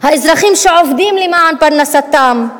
האזרחים שעובדים למען פרנסתם,